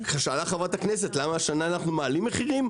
שאלה חברת הכנסת למה השנה אנחנו מעלים מחירים.